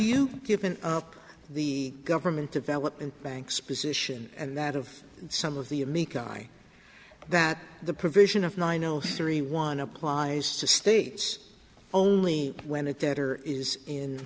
you given up the government development banks position and that of some of the a meek i that the provision of nine zero three one applies to states only when it that or is in